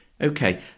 Okay